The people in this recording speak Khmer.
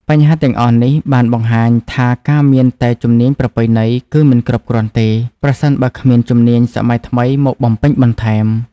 បញ្ហាទាំងអស់នេះបានបង្ហាញថាការមានតែជំនាញប្រពៃណីគឺមិនគ្រប់គ្រាន់ទេ ប្រសិនបើគ្មានជំនាញសម័យថ្មីមកបំពេញបន្ថែម។